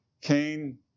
Cain